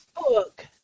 book